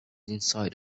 inside